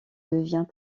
devient